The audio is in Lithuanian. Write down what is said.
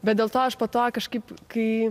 bet dėl to aš po to kažkaip kai